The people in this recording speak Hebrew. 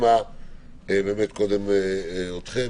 קודם נשמע אתכם,